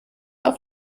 auf